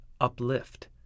uplift